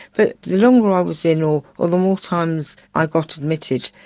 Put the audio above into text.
but the longer i was in, or or the more times i got admitted,